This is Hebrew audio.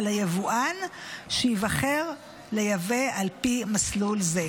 על היבואן שייבחר לייבא על פי מסלול זה.